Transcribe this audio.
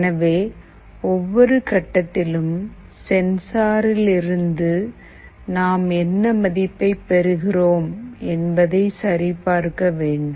எனவே ஒவ்வொரு கட்டத்திலும் சென்சாரில் இருந்து நாம் என்ன மதிப்பை பெறுகிறோம் என்பதை சரிபார்க்க வேண்டும்